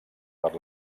per